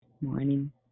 Morning